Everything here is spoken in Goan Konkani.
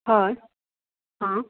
हय आं